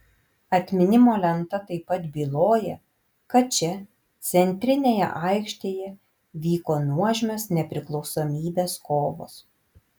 atminimo lenta taip pat byloja kad čia centrinėje aikštėje vyko nuožmios nepriklausomybės kovos